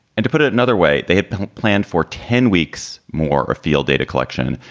and to put it another way, they had planned for ten weeks more a field data collection.